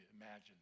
imagine